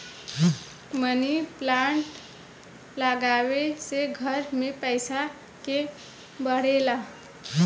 मनी plant लागवे से घर में पईसा के बढ़ेला